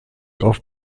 auf